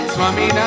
Swami